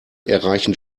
erreichen